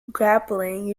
grappling